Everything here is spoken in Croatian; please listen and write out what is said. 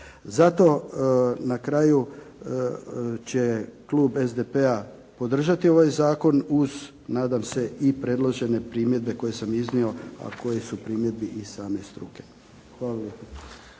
Zato na kraju će klub SDP-a podržati ovaj zakon uz nadam se i predložene primjedbe koje sam iznio, a koje su primjedbe i same struke. Hvala